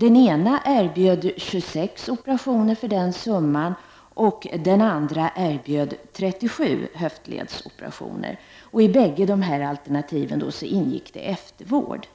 Den ena erbjöd 26 operationer för den summan, och den andra erbjöd 37 höftledsoperationer. I bägge alternativen ingick eftervård.